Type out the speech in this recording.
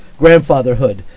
grandfatherhood